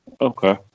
Okay